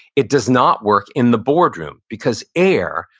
it does not work in the board room because air,